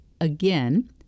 again